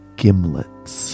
gimlets